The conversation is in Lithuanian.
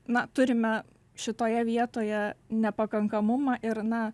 na turime šitoje vietoje nepakankamumą ir na